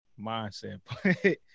mindset